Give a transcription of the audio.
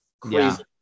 crazy